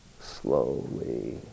slowly